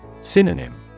Synonym